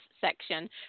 section